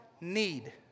need